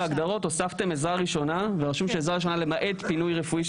בהגדרות הוספתם "עזרה ראשונה" ורשום "עזרה ראשונה למעט פינוי רפואי".